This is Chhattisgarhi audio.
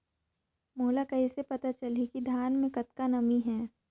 मोला कइसे पता चलही की धान मे कतका नमी हे?